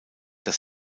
das